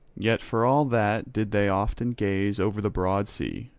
yet for all that did they often gaze over the broad sea,